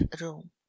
room